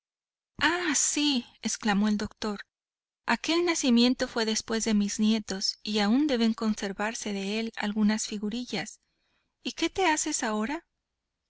ah sí exclamó el doctor aquel nacimiento fue después de mis nietos y aún deben conservarse de él algunas figurillas y qué te haces ahora